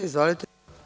Izvolite.